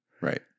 right